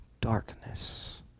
darkness